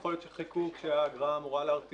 יכול להיות החיקוק הוא שהאגרה אמורה להרתיע,